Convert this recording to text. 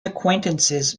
acquaintances